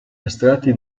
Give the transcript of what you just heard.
estratti